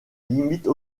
limite